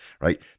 Right